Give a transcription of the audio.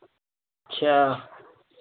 अच्छा